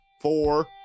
four